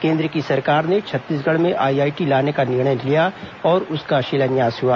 केंद्र की सरकार ने छत्तीसगढ़ में आईआईटी लाने का निर्णय किया और उसका शिलान्यास हुआ